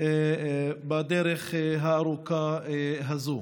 בדרך הארוכה הזאת.